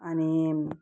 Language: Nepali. अनि